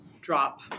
drop